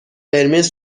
قرمز